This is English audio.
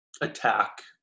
attack